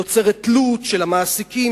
נוצרת תלות של המעסיקים,